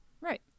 Right